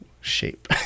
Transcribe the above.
shape